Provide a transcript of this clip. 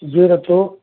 zero two